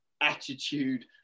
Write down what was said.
attitude